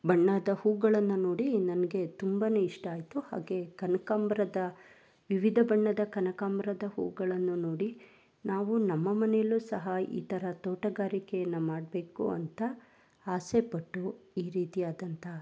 ಬಣ್ಣದ ಹೂಗಳನ್ನು ನೋಡಿ ನನಗೆ ತುಂಬಾ ಇಷ್ಟ ಆಯಿತು ಹಾಗೇ ಕನಕಾಂಬರದ ವಿವಿಧ ಬಣ್ಣದ ಕನಕಾಂಬರದ ಹೂಗಳನ್ನು ನೋಡಿ ನಾವು ನಮ್ಮ ಮನೆಯಲ್ಲು ಸಹ ಈ ಥರ ತೋಟಗಾರಿಕೆಯನ್ನು ಮಾಡಬೇಕು ಅಂತ ಆಸೆ ಪಟ್ಟು ಈ ರೀತಿಯಾದಂತ